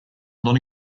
not